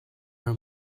her